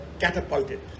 catapulted